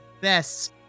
best